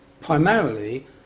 primarily